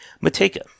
Mateka